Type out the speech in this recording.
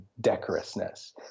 decorousness